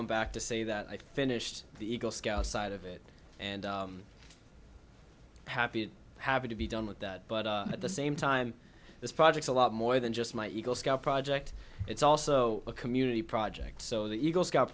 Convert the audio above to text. i'm back to say that i finished the eagle scout side of it and happy happy to be done with that but at the same time this project a lot more than just my eagle scout project it's also a community project so the eagle scout